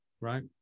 right